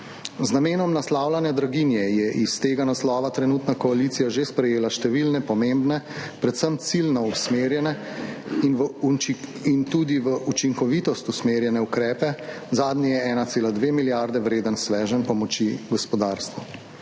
Z namenom naslavljanja draginje, je iz tega naslova trenutna koalicija že sprejela številne pomembne, predvsem ciljno usmerjene in tudi v učinkovitost usmerjene ukrepe, zadnji je 1,2 milijardi vreden sveženj pomoči gospodarstvu.